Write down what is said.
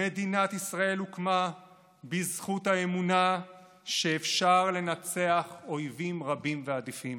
מדינת ישראל הוקמה בזכות האמונה שאפשר לנצח אויבים רבים ועדיפים.